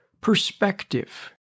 perspective